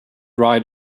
right